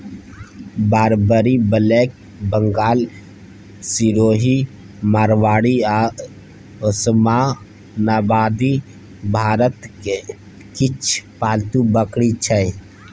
Barbari, black Bengal, Sirohi, Marwari आ ओसमानाबादी भारतक किछ पालतु बकरी छै